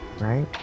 right